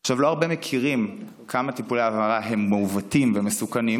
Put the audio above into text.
לא הרבה יודעים כמה טיפולי ההמרה הם מעוותים ומסוכנים,